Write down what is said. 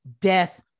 death